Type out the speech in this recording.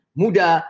muda